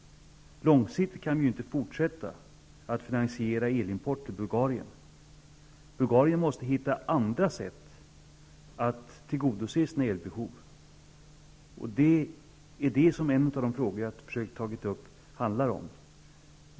Långsiktigt kan vi ju inte fortsätta att finansiera Bulgariens elimport. Bulgarien måste hitta andra sätt att tillgodose sina elbehov. Det är detta som en av de frågor som jag har försökt att ta upp handlar om.